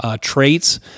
traits